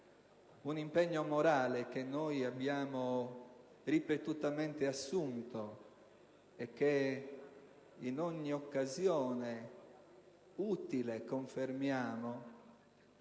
un impegno morale che abbiamo ripetutamente assunto e che in ogni occasione utile confermiamo